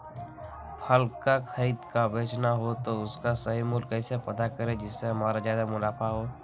फल का खरीद का बेचना हो तो उसका सही मूल्य कैसे पता करें जिससे हमारा ज्याद मुनाफा हो?